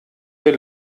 wir